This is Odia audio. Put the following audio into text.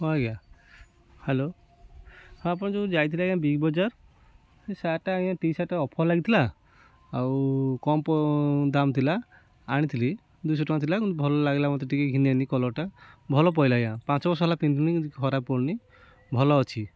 ହଁ ଆଜ୍ଞା ହ୍ୟାଲୋ ହଁ ଆପଣ ଯୋଉ ଯାଇଥିଲେ ଆଜ୍ଞା ବିଗ୍ ବଜାର୍ ସେ ସାର୍ଟଟା ଆଜ୍ଞା ଟି ସାର୍ଟଟା ଅଫର୍ ଲାଗିଥିଲା ଆଉ କମ୍ ଦାମ୍ ଥିଲା ଆଣିଥିଲି ଦୁଇଶହ ଟଙ୍କା ଥିଲା କିନ୍ତୁ ଭଲ ଲାଗିଲା ମୋତେ ଟିକେ ଘିନି ଅଇନି କଲର୍ଟା ଭଲ ପଇଲା ଆଜ୍ଞା ପାଞ୍ଚ ବର୍ଷ ହେଲା ପିନ୍ଧୁଲିନି କିନ୍ତୁ ଖରାପ ପଡ଼ୁନି ଭଲ ଅଛି